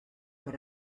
per